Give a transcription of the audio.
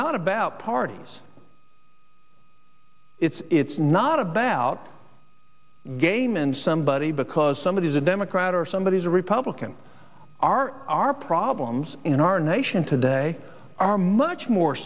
not about parties it's it's not about game and somebody because somebody is a democrat or somebody is a republican our our problems in our nation today are much more